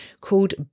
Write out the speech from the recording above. called